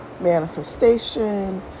manifestation